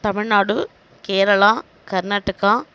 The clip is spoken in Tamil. தமிழ்நாடு கேரளா கர்நாடகா